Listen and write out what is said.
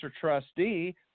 trustee